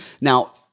Now